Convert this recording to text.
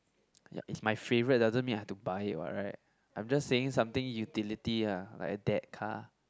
ya it's my favourite doesn't mean I have to buy it what right I'm just saying something utility ah like a dad car